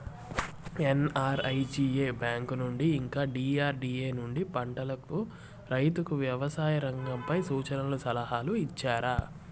NREGA bank నుండి ఇంకా DRDA నుండి పంటలకు రైతుకు వ్యవసాయ రంగంపై సూచనలను సలహాలు ఇచ్చారా